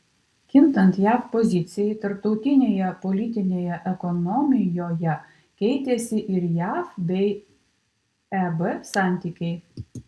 kintant jav pozicijai tarptautinėje politinėje ekonomijoje keitėsi ir jav bei eb santykiai